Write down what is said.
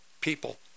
people